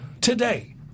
today